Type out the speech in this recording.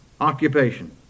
occupation